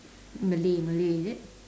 malay malay is it